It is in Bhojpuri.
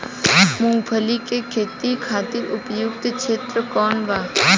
मूँगफली के खेती खातिर उपयुक्त क्षेत्र कौन वा?